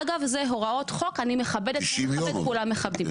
אגב אלה הוראות חוק, אני מכבדת וכולם מכבדים.